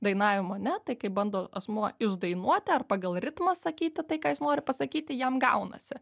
dainavimo ne tai kai bando asmuo išdainuoti ar pagal ritmą sakyti tai ką jis nori pasakyti jam gaunasi